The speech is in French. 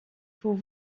faut